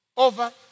Over